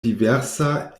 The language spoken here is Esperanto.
diversa